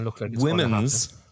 Women's